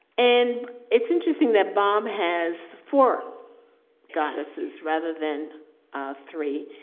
and it's interesting that bob has four goddesses rather than three.